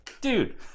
Dude